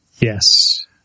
Yes